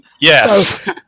Yes